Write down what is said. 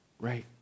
Right